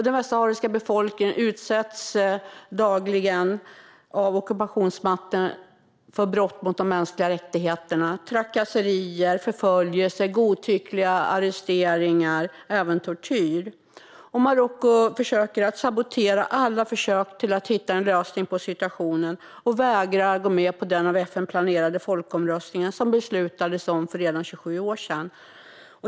Den västsahariska befolkningen utsätts dagligen av ockupationsmakten för brott mot de mänskliga rättigheterna, trakasserier, förföljelse, godtyckliga arresteringar och även tortyr. Marocko försöker sabotera alla försök att hitta en lösning på situationen och vägrar gå med på den av FN planerade folkomröstningen, som det beslutades om redan för 27 år sedan.